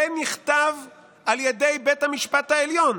זה נכתב על ידי בית המשפט העליון: